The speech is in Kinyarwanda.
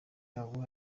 abo